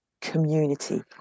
community